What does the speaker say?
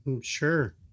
Sure